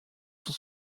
son